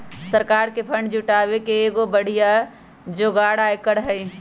सरकार के फंड जुटावे के एगो बढ़िया जोगार आयकर हई